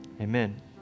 amen